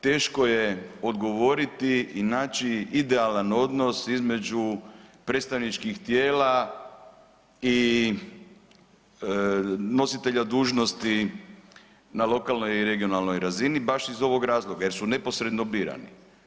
Teško je odgovoriti i naći idealan odnos između predstavničkih tijela i nositelja dužnosti na lokalnoj i regionalnoj razini baš iz ovog razloga jer su neposredno birani.